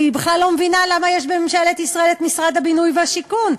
אני בכלל לא מבינה למה יש בממשלת ישראל משרד הבינוי והשיכון.